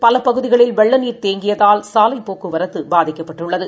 பலபகுதிகளில்வெள்ளநீர்தேங்கியதால் சாலைப்போக்குவரத்துபாதிக்கப்பட்டது